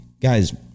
Guys